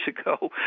ago